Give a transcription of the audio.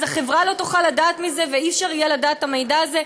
אז החברה לא תוכל לדעת מזה ולא יהיה אפשר לדעת את המידע הזה?